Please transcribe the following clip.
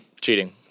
Cheating